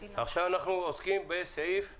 עכשיו אנחנו פותחים בסעיף התחילה.